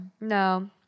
No